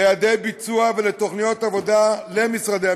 ליעדי ביצוע ולתוכניות עבודה במשרדי הממשלה.